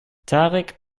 tarek